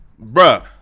Bruh